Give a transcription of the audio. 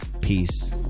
Peace